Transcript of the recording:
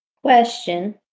Question